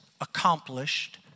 accomplished